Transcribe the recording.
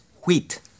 wheat